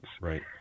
Right